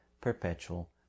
perpetual